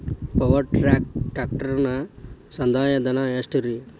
Power track ಟ್ರ್ಯಾಕ್ಟರನ ಸಂದಾಯ ಧನ ಎಷ್ಟ್ ರಿ?